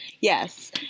yes